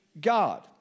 God